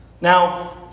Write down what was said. Now